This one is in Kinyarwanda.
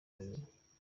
honyine